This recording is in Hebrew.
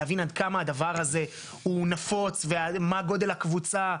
להבין עד כמה הדבר הזה הוא נפוץ ומה גודל הקבוצה,